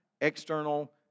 external